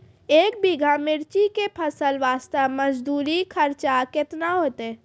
एक बीघा मिर्ची के फसल वास्ते मजदूरी खर्चा केतना होइते?